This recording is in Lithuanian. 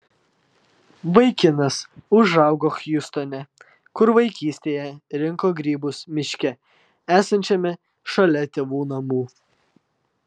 vaikinas užaugo hjustone kur vaikystėje rinko grybus miške esančiame šalia tėvų namų